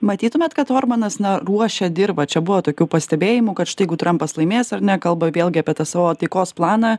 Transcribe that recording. matytumėt kad orbanas na ruošia dirvą čia buvo tokių pastebėjimų kad štai jeigu trampas laimės ar ne kalba vėlgi apie tą savo taikos planą